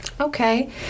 Okay